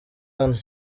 hano